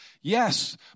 Yes